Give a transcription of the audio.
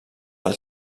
del